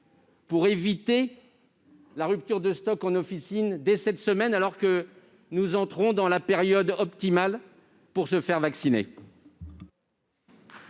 pour éviter la rupture de stock en officines dès cette semaine, alors que nous entrons dans la période optimale pour se faire vacciner